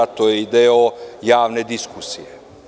To je deo javne diskusije.